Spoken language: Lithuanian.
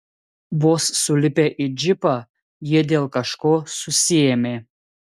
vos sulipę į džipą jie dėl kažko susiėmė